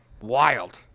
Wild